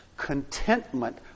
Contentment